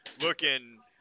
looking